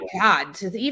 God